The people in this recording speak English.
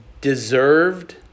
deserved